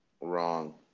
Wrong